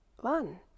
One